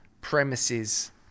premises